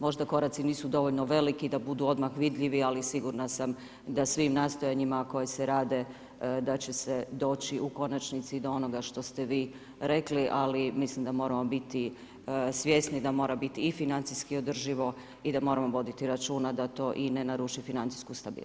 Možda koraci nisu dovoljno veliki da budu odmah vidljivi, ali sigurna sam da svim nastojanjima koji se rade da će se doći u konačnici do onoga što ste vi rekli, ali mislim da moramo biti svjesni da mora biti i financijski održivo i da moramo voditi računa da to i ne naruši financijsku stabilnost.